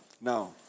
now